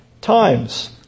times